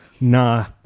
Nah